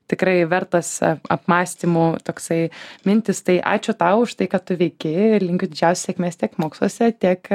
tikrai vertas apmąstymų toksai mintys tai ačiū tau už tai ką tu veiki ir linkiu didžiausios sėkmės tiek moksluose tiek